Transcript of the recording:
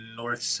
North